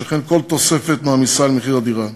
שכן כל תוספת מעמיסה על מחיר הדירה,